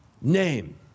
name